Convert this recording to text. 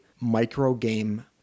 micro-game